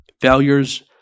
failures